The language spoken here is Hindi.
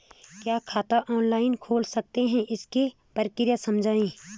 क्या खाता ऑनलाइन खोल सकते हैं इसकी प्रक्रिया समझाइए?